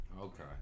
Okay